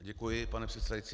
Děkuji, pane předsedající.